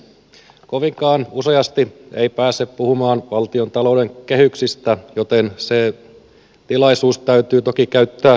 kovinkaan useasti ei pääse puhumaan valtiontalouden kehyksistä joten se tilaisuus täytyy toki käyttää hyödyksi